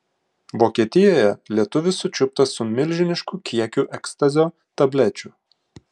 vokietijoje lietuvis sučiuptas su milžinišku kiekiu ekstazio tablečių